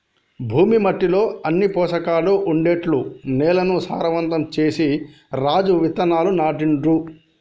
భూమి మట్టిలో అన్ని పోషకాలు ఉండేట్టు నేలను సారవంతం చేసి రాజు విత్తనాలు నాటిండు